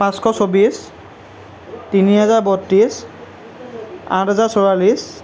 পাঁচশ চৌব্বিছ তিনি হেজাৰ বত্ৰিছ আঠ হাজাৰ চৌৰাল্লিছ